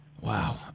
Wow